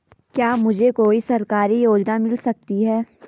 क्या मुझे कोई सरकारी योजना मिल सकती है?